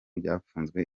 byafunzwe